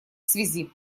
связи